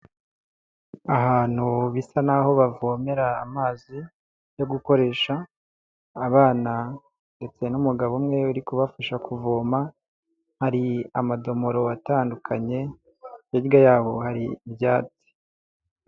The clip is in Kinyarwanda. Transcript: Ahantu bisa naho bavomera amazi yo gukoresha, abana ndetse n'umugabo umwe uri kubafasha kuvoma hari amadomoro atandukanye hirya yabo hari ibyatsi.